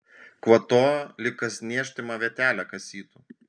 kvatojo lyg kas niežtimą vietelę kasytų